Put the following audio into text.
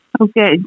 Okay